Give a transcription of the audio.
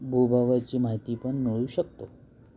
भूभागाची माहिती पण मिळवू शकतो